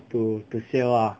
to to sail ah